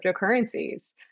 cryptocurrencies